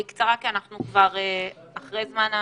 בקצרה, כי אנחנו כבר אחרי זמן השידור.